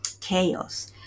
chaos